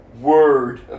word